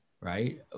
right